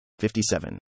57